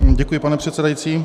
Děkuji, pane předsedající.